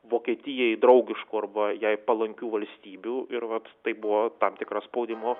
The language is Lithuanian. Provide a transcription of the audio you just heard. vokietijai draugiškų arba jai palankių valstybių ir vat tai buvo tam tikra spaudimo